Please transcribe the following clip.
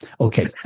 Okay